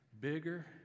Bigger